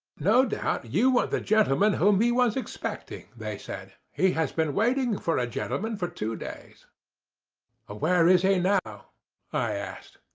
no doubt you are the gentleman whom he was expecting they said. he has been waiting for a gentleman for two days ah where is he now i asked.